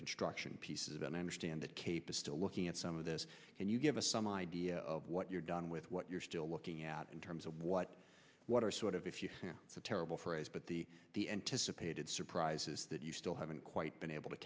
construction i don't understand it k p still looking at some of this can you give us some idea of what you're done with what you're still looking at in terms of what what are sort of if you it's a terrible phrase but the the anticipated surprises that you still haven't quite been able to